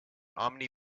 omni